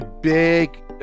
big